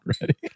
ready